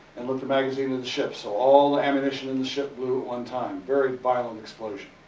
and lit the magazine of the ship. so, all the ammunition in the ship blew at one time. very violent explosion.